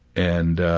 and ah,